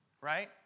right